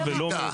ולכן,